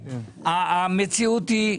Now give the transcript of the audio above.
המציאות היא,